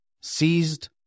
seized